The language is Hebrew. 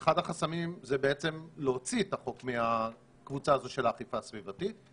אחד החסמים זה להוציא את החוק מהקבוצה הזו של האכיפה הסביבתית.